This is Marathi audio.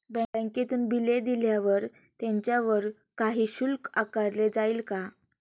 बँकेतून बिले दिल्यावर त्याच्यावर काही शुल्क आकारले जाईल का?